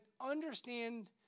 understand